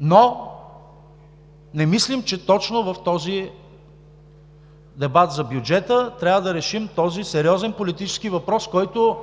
но не мислим, че точно в този дебат за бюджета трябва да решим този сериозен политически въпрос, който